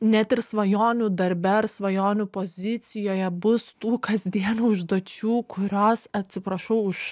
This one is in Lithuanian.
net ir svajonių darbe ar svajonių pozicijoje bus tų kasdienių užduočių kurios atsiprašau už